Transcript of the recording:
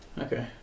Okay